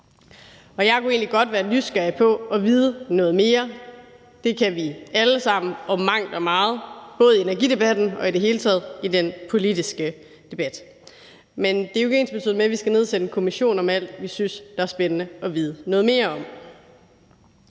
Jeg kunne egentlig godt være nysgerrig på at vide noget mere. Det kan vi alle sammen om mangt og meget, både i energidebatten og i det hele taget i den politiske debat. Men det er jo ikke ensbetydende med, at vi skal nedsætte en kommission om alt, som vi synes er spændende at vide noget mere om.